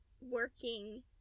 working